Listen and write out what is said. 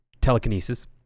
telekinesis